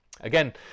Again